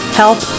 health